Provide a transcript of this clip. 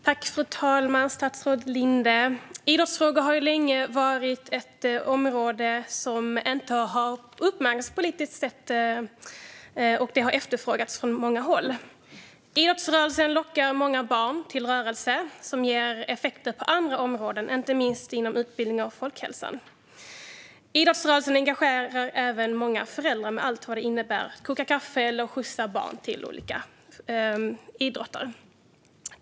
Fru talman! Statsrådet Linde! Idrottsfrågor har länge varit ett område som inte har uppmärksammats politiskt, vilket har efterfrågats från många håll. Idrottsrörelsen lockar många barn till rörelse, vilket ger effekter på andra områden, inte minst inom utbildning och folkhälsa. Idrottsrörelsen engagerar även många föräldrar med allt vad det innebär av att koka kaffe eller skjutsa barn till olika idrotter.